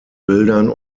bildern